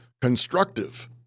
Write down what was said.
constructive